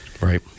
Right